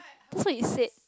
that's what you said